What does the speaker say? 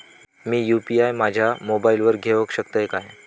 मी UPI माझ्या मोबाईलावर घेवक शकतय काय?